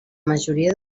majoria